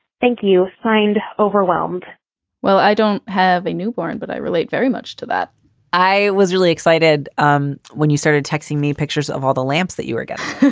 thank you. find overwhelmed well, i don't have a newborn, but i relate very much to that i was really excited um when you started texting me pictures of all the lamps that you were getting